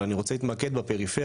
אבל אני רוצה להתמקד בפריפריה.